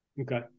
Okay